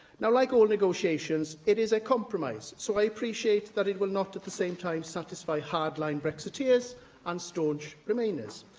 now, like all negotiations, it is a compromise, so i appreciate that it will not at the same time satisfy hard-line brexiteers and staunch remainers.